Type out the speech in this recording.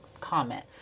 comment